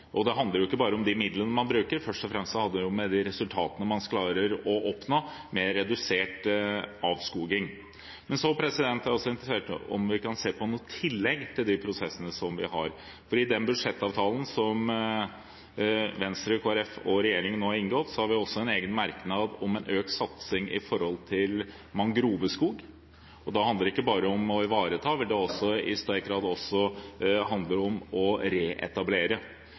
Det handler jo ikke bare om de midlene man bruker, først og fremst handler det om de resultatene man klarer å oppnå med hensyn til redusert avskoging. Jeg er også interessert i om vi kan se på noen tillegg til de prosessene som vi har, for i den budsjettavtalen som Venstre, Kristelig Folkeparti og regjeringen nå har inngått, har vi også en egen merknad om økt satsing på mangroveskog. Da handler det ikke bare om å ivareta, men i sterk grad også om å reetablere.